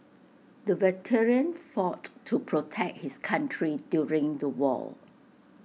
the veteran fought to protect his country during the war